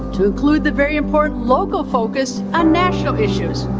to include the very important local focus on national issues.